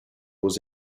was